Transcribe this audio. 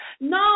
No